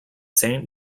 saint